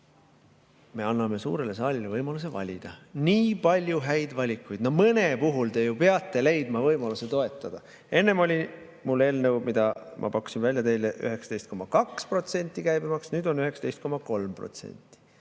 me anname suurele saalile võimaluse valida: nii palju häid valikuid, no mõne puhul te ju peate leidma võimaluse toetada. Enne oli mul eelnõu, milles ma pakkusin teile välja käibemaksu 19,2%, nüüd on 19,3%.